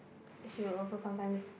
then she will also sometimes